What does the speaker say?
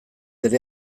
ere